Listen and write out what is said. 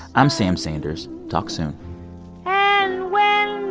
i'm sam sanders talk soon and when